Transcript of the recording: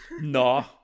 no